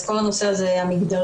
אז כל הנושא הזה המגדרי,